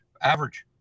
Average